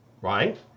right